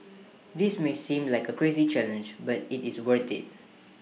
this may seem like A crazy challenge but IT is worth IT